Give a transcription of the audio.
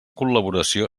col·laboració